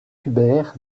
hubert